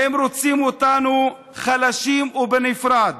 הם רוצים אותנו חלשים ובנפרד,